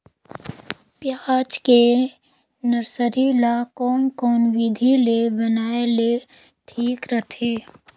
पियाज के नर्सरी ला कोन कोन विधि ले बनाय ले ठीक रथे?